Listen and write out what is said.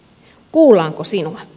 kuullaanko sinua